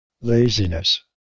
Laziness